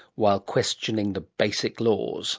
while questioning the basic laws